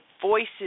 voices